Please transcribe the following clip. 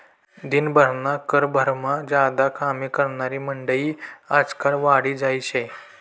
दिन भरना कारभारमा ज्यादा कामे करनारी मंडयी आजकाल वाढी जायेल शे